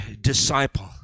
disciple